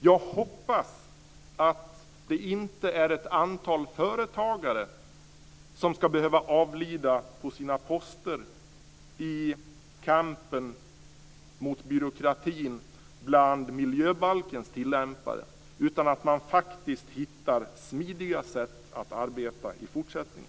Jag hoppas att det inte är ett antal företagare som ska behöva avlida på sina poster i kampen mot byråkratin bland miljöbalkens tillämpare utan att det ska gå att hitta smidiga sätt att arbeta på i fortsättningen.